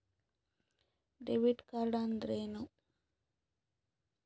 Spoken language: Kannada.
ಡೆಬಿಟ್ ಕಾರ್ಡ್ಅಂದರೇನು?